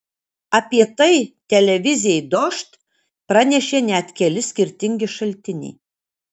apie tai televizijai dožd pranešė net keli skirtingi šaltiniai